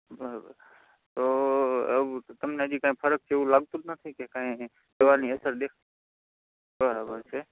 બરાબર તો તમને હજી કંઈ ફરક જેવું લાગતું જ નથી કે કાંઇ દવાની અસર દેખાતી જ નથી બરાબર છે